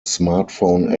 smartphone